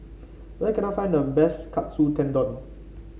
where can I find the best Katsu Tendon